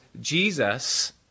Jesus